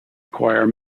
acquire